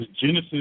Genesis